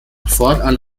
fortan